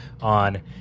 on